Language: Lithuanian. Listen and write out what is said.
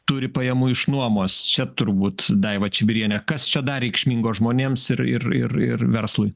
turi pajamų iš nuomos čia turbūt daiva čibiriene kas čia dar reikšmingo žmonėms ir ir ir ir verslui